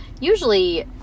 usually